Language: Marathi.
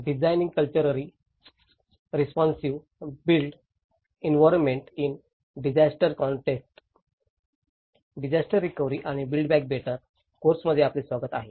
डिजास्टर रिकव्हरी आणि बिल्ड बॅक बेटर कोर्स मध्ये आपले स्वागत आहे